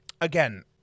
Again